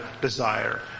desire